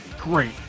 great